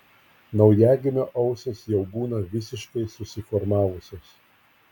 naujagimio ausys jau būna visiškai susiformavusios